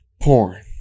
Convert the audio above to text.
Porn